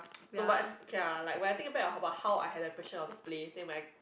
no but okay lah like when I think about how I had an impresison of the place then when I